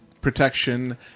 protection